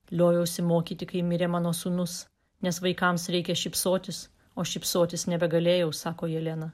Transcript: lioviausi mokyti kai mirė mano sūnus nes vaikams reikia šypsotis o šypsotis nebegalėjau sako jelena